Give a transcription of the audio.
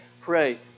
pray